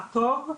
טוב,